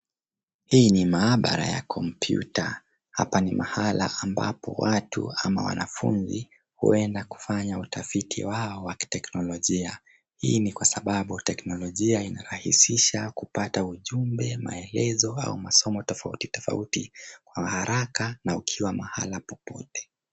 Hii ni maabara ya kompyuta. Hapa ni mahala ambapo watu ama wanafunzi huenda kufanya utafiti wao wa kiteknolojia. Hii ni kwa sababu teknolojia imerahihisha kupata ujumbe, maelezo au masomo tofauti tofauti kwa haraka na ukiwa mahala popote.